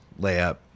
layup